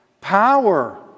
Power